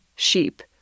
sheep